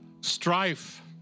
strife